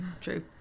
True